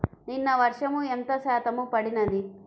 నిన్న వర్షము ఎంత శాతము పడినది?